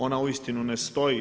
Ona uistinu ne stoji.